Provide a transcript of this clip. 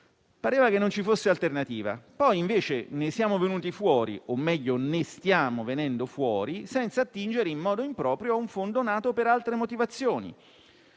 pareva che non ci fosse alternativa. Poi, invece, ne siamo venuti fuori - o, meglio, ne stiamo venendo fuori - senza attingere in modo improprio a un fondo nato per altre motivazioni.